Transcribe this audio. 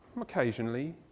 occasionally